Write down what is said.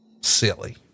silly